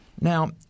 Now